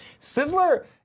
Sizzler